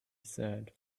said